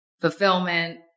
fulfillment